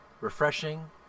Refreshing